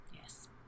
yes